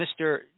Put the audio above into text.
Mr